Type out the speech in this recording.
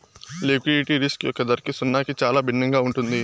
liquidity risk యొక్క ధరకి సున్నాకి చాలా భిన్నంగా ఉంటుంది